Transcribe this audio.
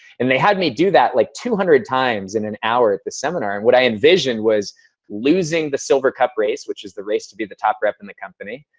and they had me do that like two hundred times in an hour at the seminar. and what i envisioned was losing the silver cup race which is the race to be the top rep of and the company.